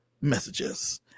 messages